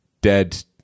dead